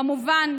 כמובן,